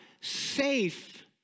safe